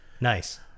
Nice